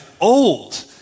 old